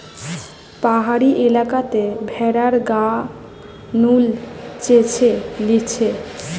পাহাড়ি এলাকাতে ভেড়ার গা নু উল চেঁছে লিছে